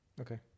Okay